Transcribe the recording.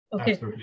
Okay